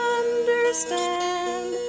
understand